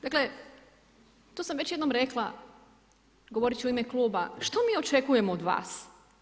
Dakle, to sam već jednom rekla, govoriti ću u ime kluba, što mi očekujemo od vas?